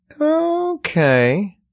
Okay